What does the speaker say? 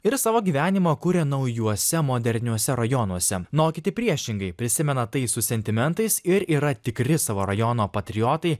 ir savo gyvenimą kuria naujuose moderniuose rajonuose nu o kiti priešingai prisimena tai su sentimentais ir yra tikri savo rajono patriotai